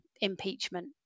impeachment